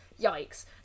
Yikes